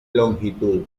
longitud